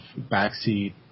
backseat